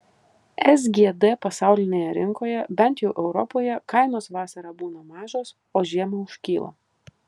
sgd pasaulinėje rinkoje bent jau europoje kainos vasarą būna mažos o žiemą užkyla